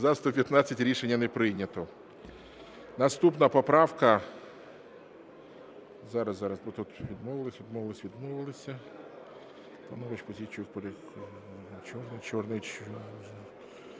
За-81 Рішення не прийнято.